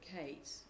Kate